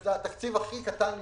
וזה התקציב הכי קטן לכאורה,